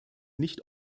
nicht